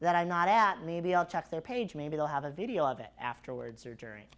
that i'm not at maybe i'll check their page maybe they'll have a video of it afterwards